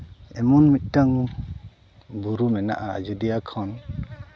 ᱮᱢᱚᱱ ᱢᱤᱫᱴᱟᱱ ᱵᱩᱨᱩ ᱢᱮᱱᱟᱜᱼᱟ ᱟᱡᱳᱫᱤᱭᱟᱹ ᱠᱷᱚᱱ